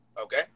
Okay